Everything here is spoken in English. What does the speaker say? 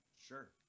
sure